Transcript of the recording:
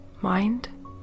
mind